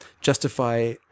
justify